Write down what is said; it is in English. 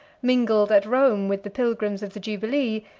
mingled at rome with the pilgrims of the jubilee,